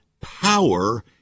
power